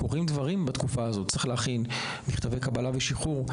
במהלך היום צריך להכין מכתבי קבלה ושחרור,